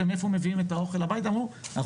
ומאיפה מביאים את האוכל אמרו אנחנו